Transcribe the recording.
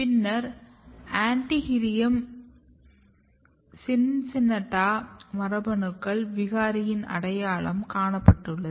பின்னர் antirrhinum CINCINNATA மரபணுக்களின் விகாரி அடையாளம் காணப்பட்டுள்ளது